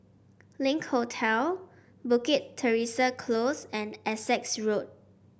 Link Hotel Bukit Teresa Close and Essex Road